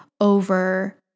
over